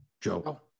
Joe